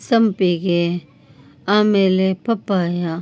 ಸಂಪಿಗೆ ಆಮೇಲೆ ಪಪ್ಪಾಯ